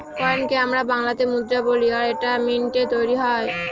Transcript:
কয়েনকে আমরা বাংলাতে মুদ্রা বলি আর এটা মিন্টৈ তৈরী হয়